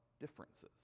differences